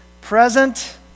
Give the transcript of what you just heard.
present